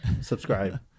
subscribe